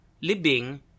living